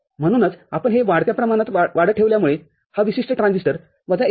म्हणूनचआपण हे या वाढत्या प्रमाणात वाढत ठेवल्यामुळे हा विशिष्ट ट्रान्झिस्टरवजा १